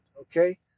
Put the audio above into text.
okay